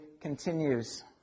continues